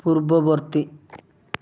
ପୂର୍ବବର୍ତ୍ତୀ